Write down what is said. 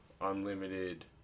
unlimited